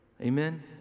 Amen